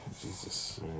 Jesus